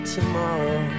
Tomorrow